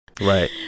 Right